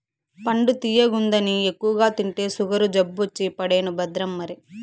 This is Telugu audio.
పండు తియ్యగుందని ఎక్కువగా తింటే సుగరు జబ్బొచ్చి పడేను భద్రం మరి